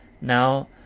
Now